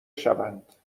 شوند